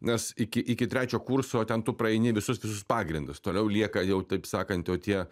nes iki iki trečio kurso ten tu praeini visus visus pagrindus toliau lieka jau taip sakant jau tie